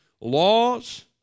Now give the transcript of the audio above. laws